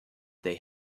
they